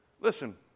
Listen